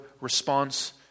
response